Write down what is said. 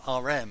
RM